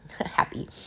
happy